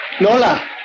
Nola